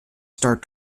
start